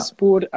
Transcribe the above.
por